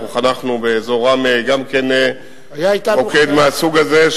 חנכנו גם באזור ראמה מוקד מהסוג הזה,